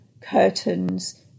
curtains